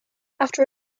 after